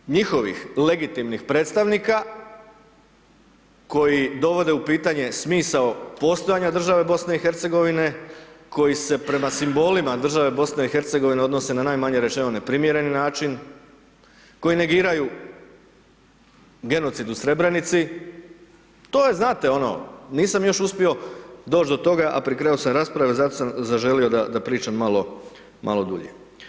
Ponašanje njihovih legitimnih predstavnika koji dovode u pitanje smisao postojanja države BiH, koji se prema simbolima države BiH odnose na najmanje rečeno neprimjereni način, koji negiraju genocid u Srebrenici, to je znate ono nisam još uspio doć do toga a pri kraju sam rasprave zato sam zaželio da pričam malo dulje.